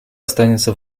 останется